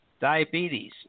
Diabetes